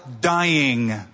dying